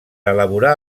elaborar